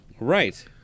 Right